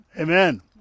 Amen